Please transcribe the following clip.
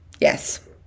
yes